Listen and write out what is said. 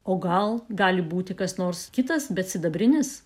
o gal gali būti kas nors kitas bet sidabrinis